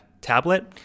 tablet